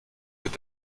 wird